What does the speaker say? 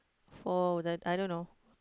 four wooden I don't know